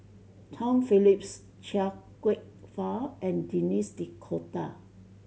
Tom Phillips Chia Kwek Fah and Denis D'Cotta